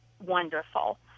wonderful